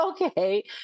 okay